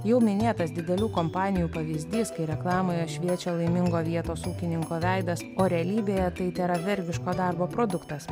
jau minėtas didelių kompanijų pavyzdys kai reklamoje šviečia laimingo vietos ūkininko veidas o realybėje tai tėra vergiško darbo produktas